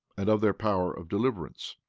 and of their power of deliverance.